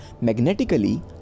magnetically